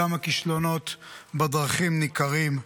וגם הכישלונות בדרכים ניכרים.